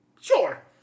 Sure